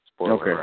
Okay